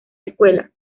escuela